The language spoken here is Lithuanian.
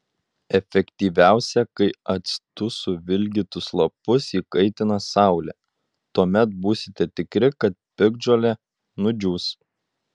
efektyviausia kai actu suvilgytus lapus įkaitina saulė tuomet būsite tikri kad piktžolė nudžius